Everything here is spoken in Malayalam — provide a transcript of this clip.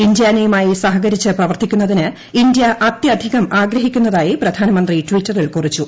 ഇൻഡ്യാർട്ടുമായി സഹകരിച്ച് പ്രവർത്തിക്കുന്നതിന് ഇന്ത്യ അത്യധികം ആഗ്രഹിക്കുന്നിതായി പ്രധാനമന്ത്രി ട്വിറ്ററിൽ കുറിച്ചു